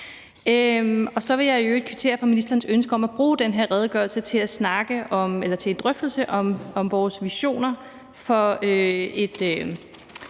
Så vil jeg i øvrigt kvittere for ministerens ønske om at bruge den her redegørelse til en drøftelse om vores visioner for, at